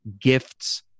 gifts